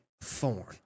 Thorn